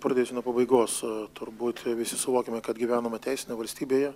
pradėsiu nuo pabaigos turbūt visi suvokiame kad gyvename teisinėje valstybėje